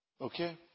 Okay